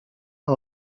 ale